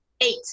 Eight